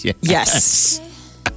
Yes